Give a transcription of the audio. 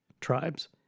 tribes